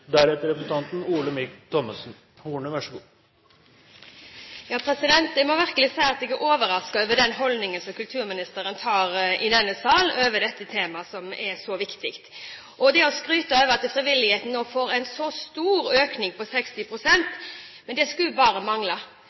over den holdningen som kulturministeren inntar i denne sal til dette temaet, som er så viktig. Det skrytes av at frivilligheten nå får en så stor økning, på 260 pst., men det skulle bare mangle.